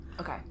okay